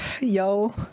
Yo